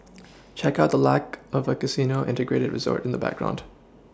check out the lack of a casino Integrated resort in the background